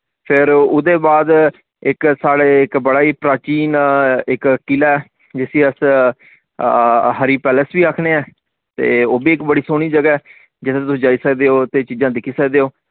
फिर उदे बाद इक साढ़े इक बड़ा ही प्राचीन इक किला ऐ जिसी अस हरी पैलेस वी आखने ऐ ते ओह् बी इक बड़ी सोह्नी जगह ऐ जित्थे तुस जाई सकदे ओ ते चीजां दिक्खी सकदे ओ